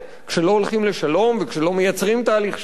כשלא הולכים לשלום וכשלא מייצרים תהליך שלום,